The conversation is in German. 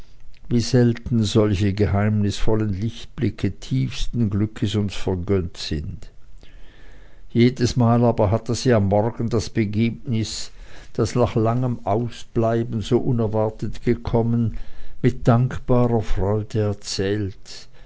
wie selten solche geheimnisvolle lichtblicke tiefsten glückes uns vergönnt sind jedesmal aber hatte sie am morgen das begebnis das nach langem ausbleiben so unerwartet gekommen mit dankbarer freude erzählt